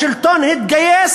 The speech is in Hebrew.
השלטון התגייס